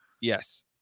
yes